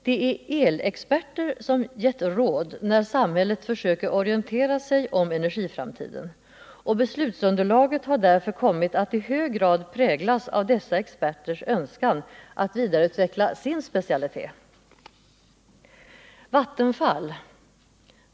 Det är elexperter som har givit råd när samhället försökt orientera sig om energiframtiden, och beslutsunderlaget har därför kommit att i hög grad präglas av dessa experters önskan att vidareutveckla sin specialitet.